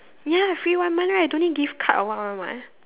ya free one month right don't need give card or what one [what]